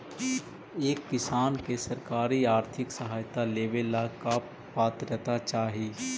एक किसान के सरकारी आर्थिक सहायता लेवेला का पात्रता चाही?